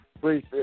please